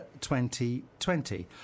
2020